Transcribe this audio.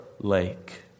lake